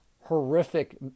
horrific